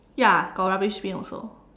ya got rubbish bin also